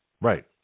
Right